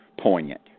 poignant